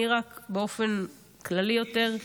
אני באופן כללי יותר.